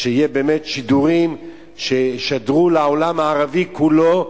שיהיו באמת שידורים שישדרו לעולם הערבי כולו,